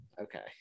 okay